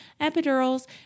epidurals